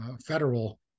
federal